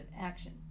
action